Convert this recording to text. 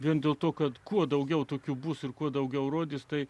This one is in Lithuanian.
vien dėl to kad kuo daugiau tokių bus ir kuo daugiau rodys tai